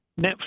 Netflix